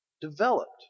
developed